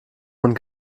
von